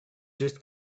just